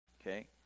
Okay